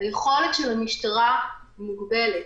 היכולת של המשטרה מוגבלת.